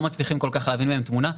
מצליחים כל כך להבין מהם את התמונה.